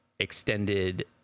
Extended